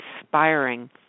inspiring